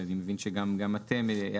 ואני מבין שגם מרכז השלטון המקומי,